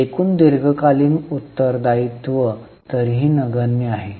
इतर दीर्घकालीन उत्तर दायित्व तरीही नगण्य आहेत